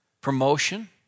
Promotion